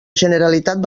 generalitat